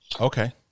Okay